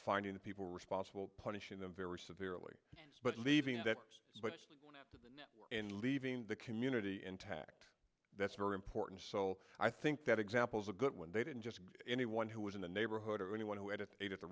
finding the people responsible punishing them very severely but leaving that in leaving the community intact that's very important so i think that examples are good when they didn't just anyone who was in the neighborhood or anyone who had it at